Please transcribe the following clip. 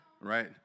Right